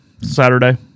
Saturday